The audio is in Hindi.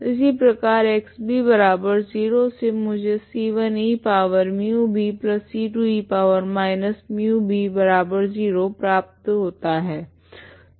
इसी प्रकार X0 से मुझे c1 eμbc2 e−μb0 प्राप्त होता है